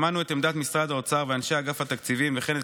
שמענו את עמדת משרד האוצר ואנשי אגף התקציבים וכן את